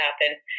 happen